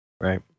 Right